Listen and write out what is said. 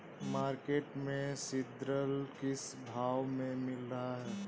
Market में seed drill किस भाव में मिल रहा है?